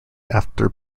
after